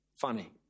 funny